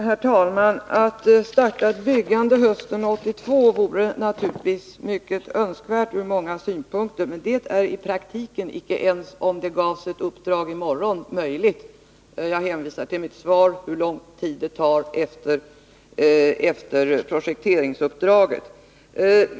Herr talman! Att starta ett byggande hösten 1982 vore naturligtvis mycket önskvärt från många synpunkter, men det är i praktiken icke möjligt. icke ens om det gavs ett sådant uppdrag i morgon. Jag hänvisar i mitt svar till hur lång tid det tar efter projekteringsuppdraget.